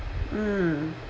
mm